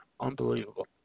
Unbelievable